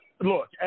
Look